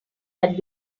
had